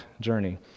journey